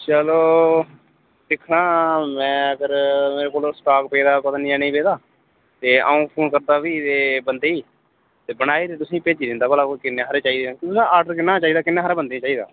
चलो दिक्खनां मैं अगर मेरे कोल स्टाक पेदा पता नि जां नि पेदा ते अऊं फोन करदा फ्ही ते बंदे गी ते बनाई ते तुसें भेजी दिंदा भला ओह् किन्ने हारे चाहिदे तुसें न आर्डर किन्ना चाहिदा किन्ना हारा बंदे गी चाहिदा